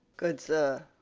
good sir,